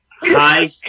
hi